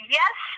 yes